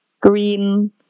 green